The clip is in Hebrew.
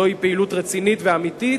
זוהי פעילות רצינית ואמיתית,